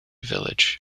village